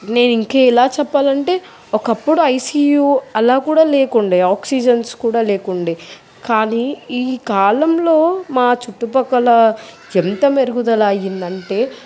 నేను ఇంకెలా చెప్పాలంటే ఒకప్పుడు ఐసీయూ అలా కూడా లేకుండే ఆక్సిజన్స్ కూడా లేకుండే కానీ ఈ కాలంలో మా చుట్టు ప్రక్కల ఎంత మెరుగుదల అయిందంటే